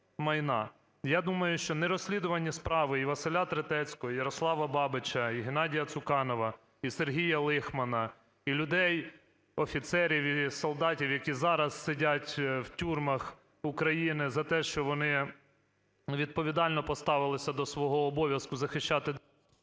Я думаю, що нерозслідувані справи і Василя Третецького, і Ярослава Бабича, і Геннадія Цуканова, і Сергія Лихмана, і людей, офіцерів і солдатів, які зараз сидять в тюрмах України за те, що вони відповідально поставилися до свого обов'язку захищати…